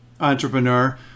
entrepreneur